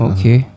Okay